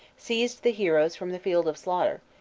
seized the heroes from the field of slaughter,